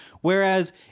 Whereas